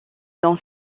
dans